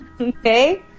Okay